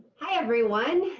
hi everyone.